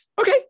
okay